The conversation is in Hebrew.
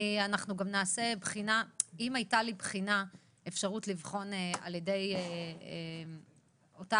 אם הייתה לי אפשרות לבחון על ידי אותה